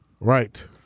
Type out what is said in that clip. Right